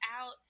out